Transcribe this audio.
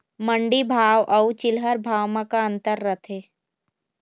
मंडी भाव अउ चिल्हर भाव म का अंतर रथे?